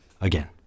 Again